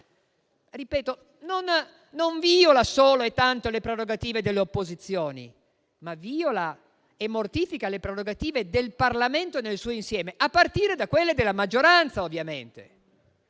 Corte, non violano solo e tanto le prerogative delle opposizioni, ma violano e mortificano le prerogative del Parlamento nel suo insieme, a partire da quelle della maggioranza ovviamente,